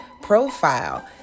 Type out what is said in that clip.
profile